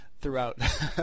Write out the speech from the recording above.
throughout